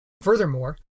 Furthermore